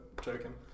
joking